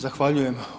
Zahvaljujem.